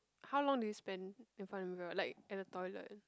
how long do you spend in front of the mirror like in the toilet